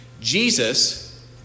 Jesus